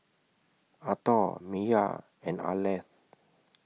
Arthor Miya and Arleth